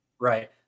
Right